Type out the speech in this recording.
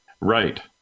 right